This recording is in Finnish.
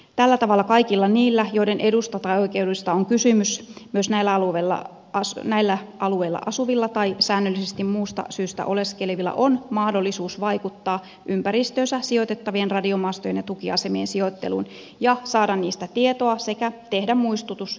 tällä tavalla kaikilla niillä joiden edusta tai oikeudesta on kysymys myös näillä alueilla asuvilla tai säännöllisesti muusta syystä oleskelevilla on mahdollisuus vaikuttaa ympäristöönsä sijoitettavien radiomastojen ja tukiasemien sijoitteluun ja saada niistä tietoa sekä tehdä muistutus sijoittamissuunnitelmasta